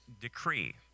decree